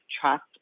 trust